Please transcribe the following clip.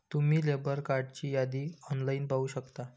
तुम्ही लेबर कार्डची यादी ऑनलाइन पाहू शकता